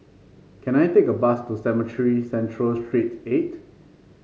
can I take a bus to Cemetry Central Street eight